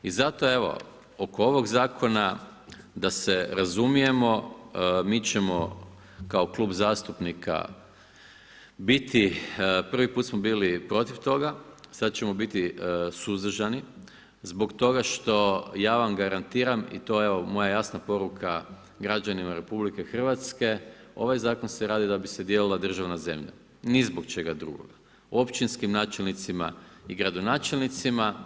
I zato evo oko ovog zakona, da se razumijemo mi ćemo kao klub zastupnika biti, prvi put smo bili protiv toga, sada ćemo biti suzdržani zbog toga što ja vam garantiram i to je evo moja jasna poruka građanima RH, ovaj zakon se radi da bi se dijelila državna zemlja, ni zbog čega drugog, općinskim načelnicima i gradonačelnicima.